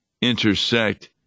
intersect